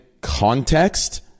context